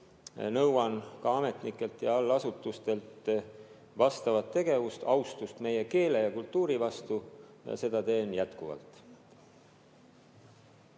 Nõuan ka ametnikelt ja allasutustelt vastavat tegevust, austust meie keele ja kultuuri vastu ning teen seda jätkuvalt.